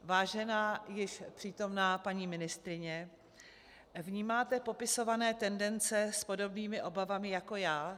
Vážená již přítomná ministryně, vnímáte popisované tendence s podobnými obavami jako já?